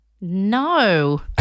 No